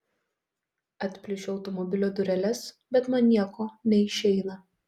atplėšiu automobilio dureles bet man nieko neišeina